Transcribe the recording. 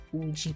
og